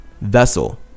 vessel